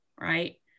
right